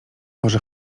może